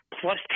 plus